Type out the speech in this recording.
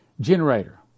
Generator